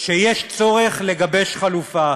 שיש צורך לגבש חלופה.